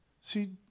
See